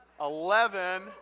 eleven